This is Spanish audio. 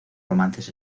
romances